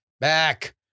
back